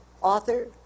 author